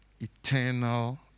eternal